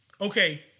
Okay